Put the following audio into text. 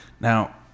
Now